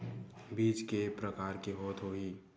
बीज के प्रकार के होत होही?